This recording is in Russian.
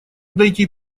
дойти